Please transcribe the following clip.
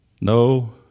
No